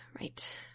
Right